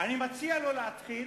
אני מציע לו להתחיל,